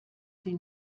sie